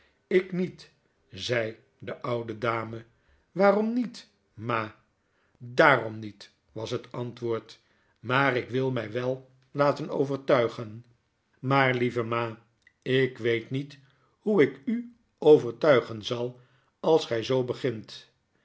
ik niet zei de oude dame waarom niet ma darom niet was het antwoord maar ik wil my wel laten overtuigen maar lieve ma ik weet niet hoe ik u overtuigen zal als gy zoo begint